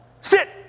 sit